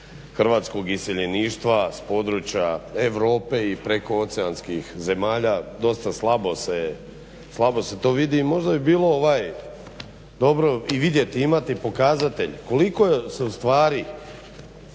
hrvatskog iseljeništva s područja Europe i prekooceanskih zemalja. Dosta slabo se to vidi, i možda bi bilo dobro i vidjeti, imati pokazatelj koliko je, se ustvari